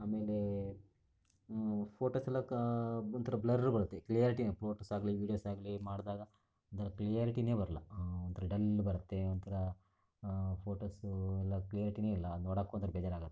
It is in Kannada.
ಆಮೇಲೆ ಫೋಟೋಸ್ ಎಲ್ಲ ಒಂಥರ ಬ್ಲರ್ ಬರುತ್ತೆ ಕ್ಲಿಯಾರಿಟಿ ಫೋಟೋಸ್ ಆಗಲಿ ವಿಡಿಯೋಸ್ ಆಗಲಿ ಮಾಡಿದಾಗ ಒಂಥರ ಕ್ಲಿಯಾರಿಟಿನೆ ಬರಲ್ಲ ಒಂಥರ ಡಲ್ ಬರುತ್ತೆ ಒಂಥರ ಫೋಟೋಸ್ ಎಲ್ಲ ಕ್ಲಿಯಾರಿಟಿನೆ ಇಲ್ಲ ನೋಡೋಕೆ ಹೋದರೆ ಬೇಜಾರಾಗುತ್ತೆ